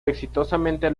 exitosamente